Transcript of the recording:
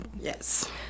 Yes